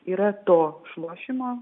yra to šlošimo